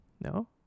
No